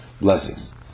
blessings